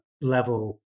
level